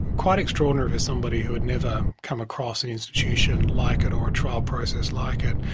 quite extraordinarily, as somebody who had never come across an institution like it or a trial process like it,